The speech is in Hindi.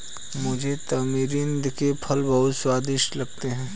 मुझे तमरिंद के फल बहुत स्वादिष्ट लगते हैं